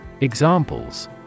Examples